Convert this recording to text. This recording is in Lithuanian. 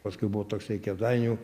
paskui buvo toksai kėdainių